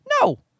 No